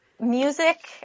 Music